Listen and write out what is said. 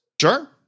Sure